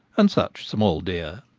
and such small deer.